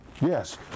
Yes